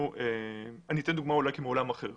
אני אתן דוגמה מעולם אחר.